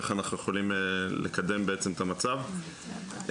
איך אנחנו יכולים לקדם בעצם את המצב ובנינו